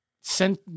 sent